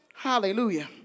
Hallelujah